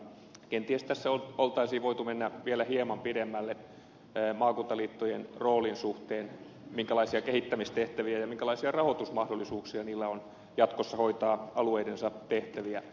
kenties tässä olisi voitu mennä vielä hieman pidemmälle maakuntaliittojen roolin suhteen minkälaisia kehittämistehtäviä niille annetaan ja minkälaisia rahoitusmahdollisuuksia niillä on jatkossa hoitaa alueidensa tehtäviä